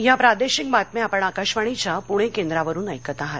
या प्रादेशिक बातम्या आपण आकाशवाणीच्या पुणे केंद्रावरून ऐकत आहात